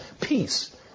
peace